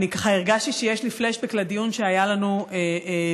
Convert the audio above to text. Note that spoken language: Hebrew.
אני ככה הרגשתי שיש לי פלשבק לדיון שהיה לנו בחוק.